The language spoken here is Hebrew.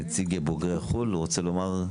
נציג בוגרי חו"ל, בבקשה.